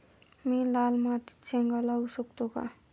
मी लाल मातीत शेंगा लावू शकतो का?